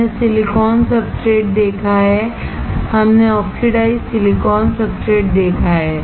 हमने silicon substrate देखा है हमने ऑक्सीडाइज्ड सिलिकॉन सब्सट्रेट देखा है